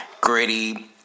gritty